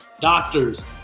doctors